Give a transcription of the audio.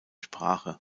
sprache